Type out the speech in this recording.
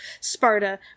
Sparta